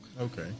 Okay